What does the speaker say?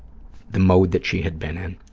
the mode that she had been in.